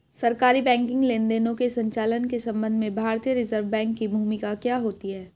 सरकारी बैंकिंग लेनदेनों के संचालन के संबंध में भारतीय रिज़र्व बैंक की भूमिका क्या होती है?